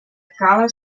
cala